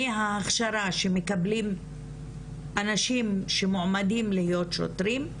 מי האנשים שמקבלים את ההכשרה מהאנשים שמועמדים להיות שוטרים?